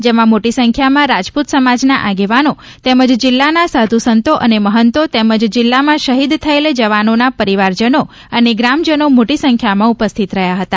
જેમાં મોટી સંખ્યામાં રાજપૂત સમાજના આગેવાનો તેમજ જિલ્લાના સાધુ સંતો અને મહંતો તેમજ જિલ્લામાં શહીદ થયેલ માં પરિવાર જનો અને ગ્રામજનો મોટી સંખ્યામાં ઉપસ્થિત રહ્યા હતા